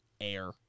Air